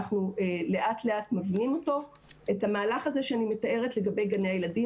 את המהלך הזה שאני מתארת לגבי גני הילדים